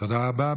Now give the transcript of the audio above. תודה רבה.